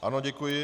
Ano, děkuji.